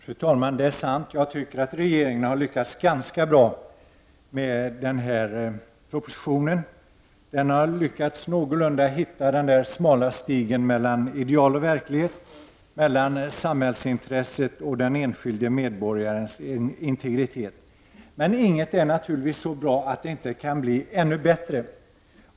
Fru talman! Det är sant att jag tycker att regeringen har lyckats ganska bra med den här propositionen. Den har lyckats någorlunda hitta den smala stigen mellan ideal och verklighet, mellan samhällsintresset och den enskilde medborgarens integritet. Men ingenting är naturligtvis så bra att det inte kan bli ännu bättre.